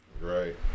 Right